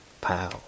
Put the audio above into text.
pow